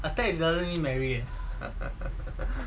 attach doesn't mean marry leh